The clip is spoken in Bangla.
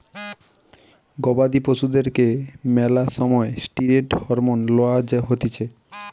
গবাদি পশুদেরকে ম্যালা সময় ষ্টিরৈড হরমোন লওয়া হতিছে